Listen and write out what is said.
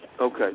Okay